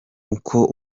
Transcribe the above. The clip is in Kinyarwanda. uko